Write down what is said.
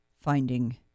finding